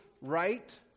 right